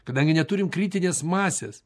kadangi neturim kritinės masės